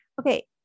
Okay